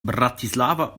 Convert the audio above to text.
bratislava